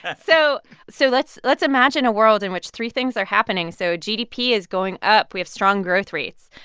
ah so so let's let's imagine a world in which three things are happening. so gdp is going up. we have strong growth rates.